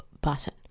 button